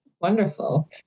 wonderful